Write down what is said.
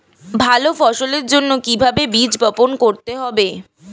ভালো ফসলের জন্য কিভাবে বীজ বপন করতে হবে?